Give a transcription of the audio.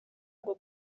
bwo